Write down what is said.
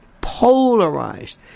polarized